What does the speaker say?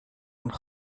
een